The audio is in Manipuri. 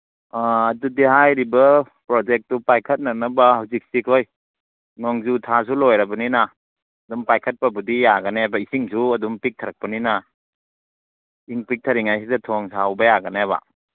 ꯑꯥ ꯑꯗꯨꯗꯤ ꯍꯥꯏꯔꯤꯕ ꯄ꯭ꯔꯣꯖꯦꯛꯇꯨ ꯄꯥꯏꯈꯠꯅꯅꯕ ꯍꯧꯖꯤꯛꯇꯤ ꯑꯩꯈꯣꯏ ꯅꯣꯡꯖꯨ ꯊꯥꯁꯨ ꯂꯣꯏꯔꯕꯅꯤꯅ ꯑꯗꯨꯝ ꯄꯥꯏꯈꯠꯄꯕꯨꯗꯤ ꯌꯥꯒꯅꯦꯕ ꯏꯁꯤꯡꯁꯨ ꯑꯗꯨꯝ ꯄꯤꯊꯔꯛꯄꯅꯤꯅ ꯏꯁꯤꯡ ꯄꯤꯛꯊꯔꯤꯉꯩꯁꯤꯗ ꯊꯣꯡ ꯁꯥꯍꯧꯕ ꯌꯥꯒꯅꯦꯕ